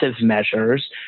measures